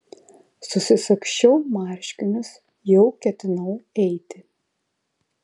susisagsčiau marškinius jau ketinau eiti